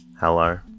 Hello